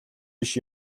биш